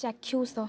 ଚାକ୍ଷୁଷ